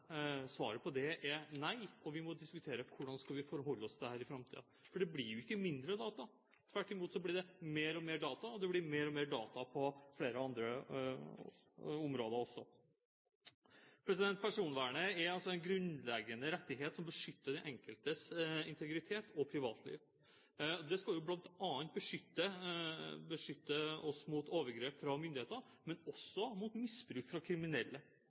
svaret på det er nei, og vi må diskutere hvordan vi skal forholde oss til dette i framtiden. For det blir jo ikke mindre data. Tvert imot blir det mer og mer data, og det blir mer og mer data på flere områder også. Personvernet er altså en grunnleggende rettighet som beskytter den enkeltes integritet og privatliv. Det skal jo bl.a. beskytte oss mot overgrep fra myndighetene, men også mot misbruk fra kriminelle.